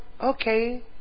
okay